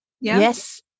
Yes